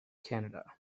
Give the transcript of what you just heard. canada